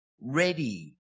ready